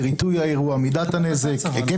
נאמר לי בצורה מאוד ברורה ופשוטה, חד משמעית שאינה